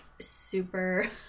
super